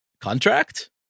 contract